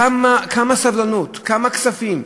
כמה סבלנות, כמה כספים.